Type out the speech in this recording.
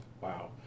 Wow